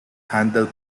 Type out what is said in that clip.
handle